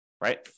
right